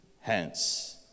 hence